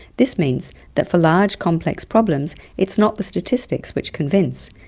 this means that for large, complex problems, it is not the statistics which convince,